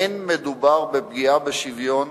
אין מדובר בפגיעה בשוויון,